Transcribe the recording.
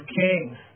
Kings